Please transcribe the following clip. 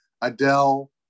adele